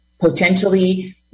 potentially